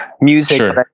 music